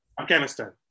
Afghanistan